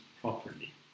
properly